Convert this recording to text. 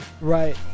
Right